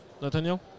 Nathaniel